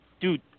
Dude